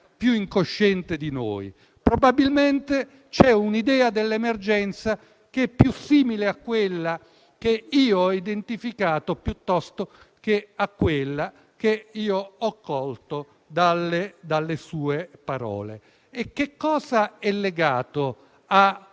più incosciente di noi; probabilmente c'è un idea dell' emergenza che è più simile a quella che io ho identificato, piuttosto che a quella che ho colto dalle sue parole. Che cosa è legato a